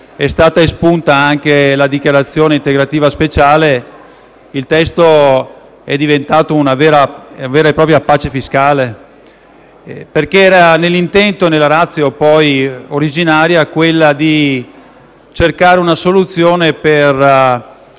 è stata espunta anche la dichiarazione integrativa speciale, il testo è diventato una vera e propria pace fiscale. Era infatti nell'intento e nella *ratio* originaria cercare una soluzione in